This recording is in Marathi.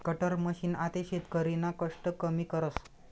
कटर मशीन आते शेतकरीना कष्ट कमी करस